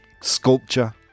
sculpture